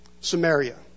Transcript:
Samaria